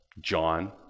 John